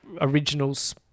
originals